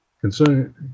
concerning